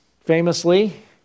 famously